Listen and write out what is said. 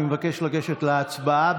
אני מבקש לגשת להצבעה.